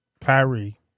Kyrie